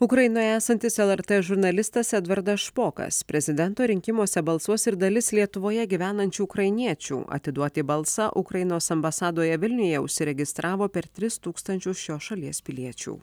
ukrainoje esantis lrt žurnalistas edvardas špokas prezidento rinkimuose balsuos ir dalis lietuvoje gyvenančių ukrainiečių atiduoti balsą ukrainos ambasadoje vilniuje užsiregistravo per tris tūkstančius šios šalies piliečių